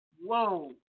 Whoa